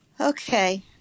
Okay